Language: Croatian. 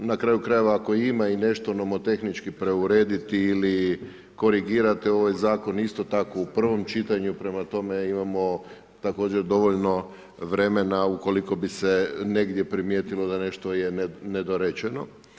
Na kraju krajeva, ako ima i nešto nomotehničko preurediti ili korigirati ovaj zakon, isto tako, u prvom čitanju, prema tome, imamo, također dovoljno vremena, ukoliko bi se negdje primijetilo da nešto je nedorečeno.